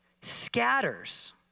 scatters